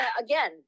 again